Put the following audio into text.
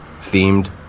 themed